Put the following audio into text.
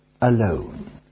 alone